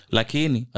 Lakini